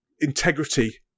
integrity